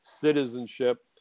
citizenship